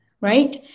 right